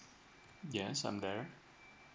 yes I'm there